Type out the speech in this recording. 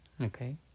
Okay